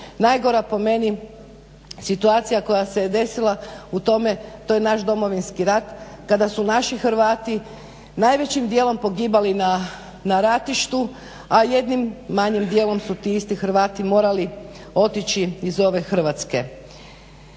Najgora po meni situacija koja se je desila u tome to je naš Domovinski rat kada su naši Hrvati najvećim dijelom pogibali na ratištu, a jednim manjim dijelom su ti isti Hrvati morali otići iz ove Hrvatske.